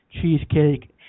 Cheesecake